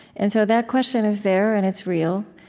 and so that question is there and it's real,